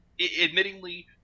admittingly